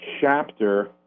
chapter